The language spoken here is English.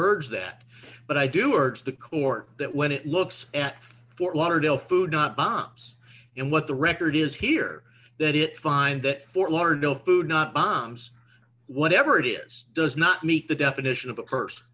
urge that but i do or to the court that when it looks at fort lauderdale food not bombs and what the record is here that it find that fort lauderdale food not bombs whatever it is does not meet the definition of the